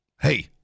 hey